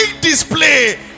display